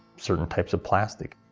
certain types of plastic.